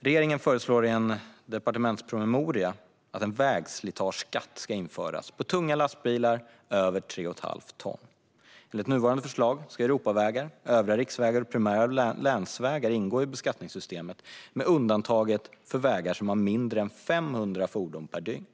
Regeringen föreslår i en departementspromemoria att en vägslitageskatt ska införas på tunga lastbilar över tre och ett halvt ton. Enligt nuvarande förslag ska Europavägar, övriga riksvägar och primära länsvägar ingå i beskattningssystemet, med undantag för vägar som har mindre än 500 fordon per dygn.